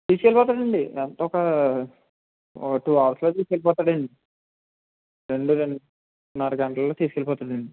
తీసుకెళ్ళిపోతాడు అండి ఎంత ఒక ఒక టూ అవర్స్లో తీసుకెళ్ళిపోతాడు అండి రెండు రెండున్నర గంటలలో తీసుకెళ్ళిపోతాడు అండి